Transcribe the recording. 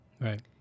Right